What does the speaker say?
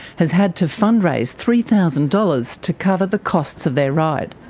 has had to fundraise three thousand dollars to cover the costs of their ride.